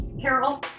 Carol